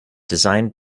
designed